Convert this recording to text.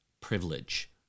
privilege